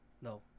No